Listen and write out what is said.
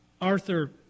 Arthur